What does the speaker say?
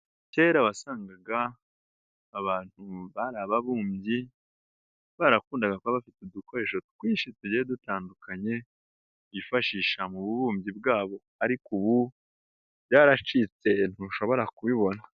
Kera wasangaga abantu bari ababumbyi, barakundaga kuba bafite udukoresho twinshi tugiye dutandukanye, bifashisha mu bubumbyi bwabo ariko ubu, byaracitse ntushobora kubibona.